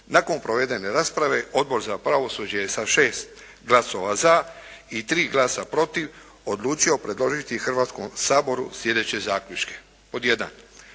Nakon provedene rasprave Odbor za pravosuđe je sa 6 glasova za i 3 glasa protiv odlučio predložiti Hrvatskom saboru sljedeće zaključke. Pod 1: